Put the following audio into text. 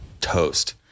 toast